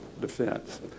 defense